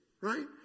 right